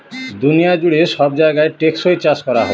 দুনিয়া জুড়ে সব জায়গায় টেকসই চাষ করা হোক